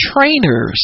trainers